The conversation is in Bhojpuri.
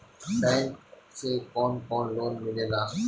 बैंक से कौन कौन लोन मिलेला?